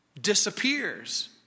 disappears